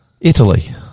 Italy